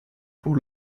pour